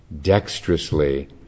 dexterously